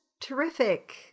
terrific